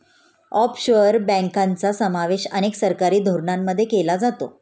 offshore बँकांचा समावेश अनेक सरकारी धोरणांमध्ये केला जातो